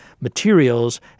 materials